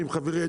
עם חברי,